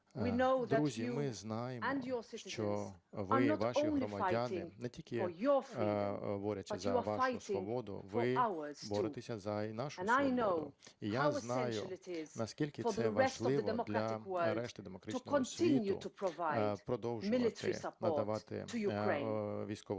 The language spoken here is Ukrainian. Друзі, ми знаємо, що ви і ваші громадяни не тільки борються за вашу свободу, ви боретеся і за нашу свободу. І я знаю, наскільки це важливо для решти демократичного світу продовжувати надавати військову допомогу